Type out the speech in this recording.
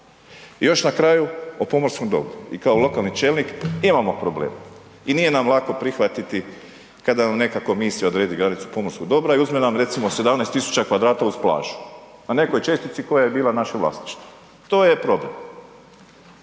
I još na kraju o pomorskom dobru. I kao lokalni čelnik imamo problema i nije nam lako prihvatiti kada vam neka komisija odredi granicu pomorskog dobra i uzme nam recimo 17 000 m2 uz plažu na nekoj čestici koja je bila naše vlasništvo. To je problem.